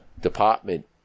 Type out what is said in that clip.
department